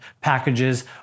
packages